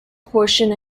portion